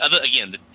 again